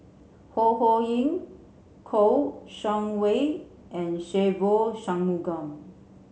Ho Ho Ying Kouo Shang Wei and Se Ve Shanmugam